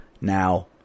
now